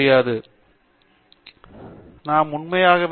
நல் ஹைப்போதீசிஸ் நிராகரிக்க தரவுகளில் போதுமான ஆதாரங்கள் இல்லை